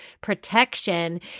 protection